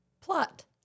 Plot